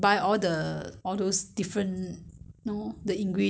mix together you know then you fried fried it then